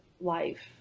life